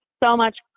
so much.